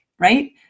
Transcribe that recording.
right